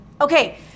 okay